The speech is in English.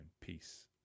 Peace